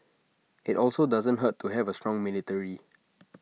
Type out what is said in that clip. IT also doesn't hurt to have A strong military